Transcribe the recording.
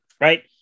right